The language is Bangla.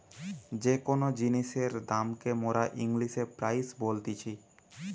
যে কোন জিনিসের দাম কে মোরা ইংলিশে প্রাইস বলতিছি